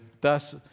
Thus